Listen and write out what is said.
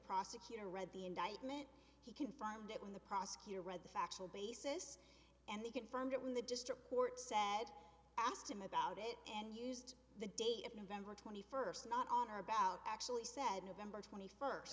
prosecutor read the indictment he confronted it when the prosecutor read the factual basis and they confirmed it when the district court said asked him about it and used the date of november twenty first not on or about actually said november twenty first